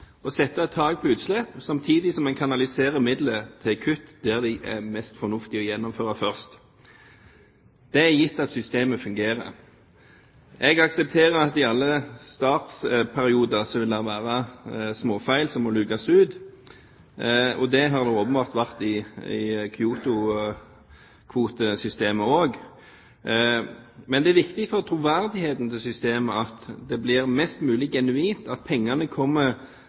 å sette et tak på utslipp, samtidig som en kanaliserer midler til kutt der de er mest fornuftige å gjennomføre først – gitt at systemet fungerer. Jeg aksepterer at i alle startperioder vil det være småfeil som må lukes ut, og det har det åpenbart også vært i kyotokvotesystemet. Men det er viktig for troverdigheten til systemet at det blir mest mulig genuint, at pengene kommer